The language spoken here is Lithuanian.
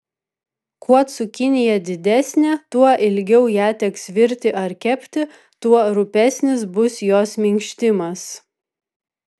kuo cukinija didesnė tuo ilgiau ją teks virti ar kepti tuo rupesnis bus jos minkštimas